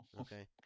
Okay